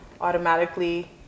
automatically